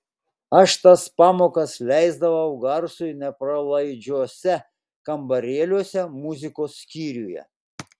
aš tas pamokas leisdavau garsui nepralaidžiuose kambarėliuose muzikos skyriuje